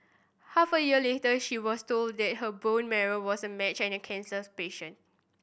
half a year later she was told that her bone marrow was a match and cancers patient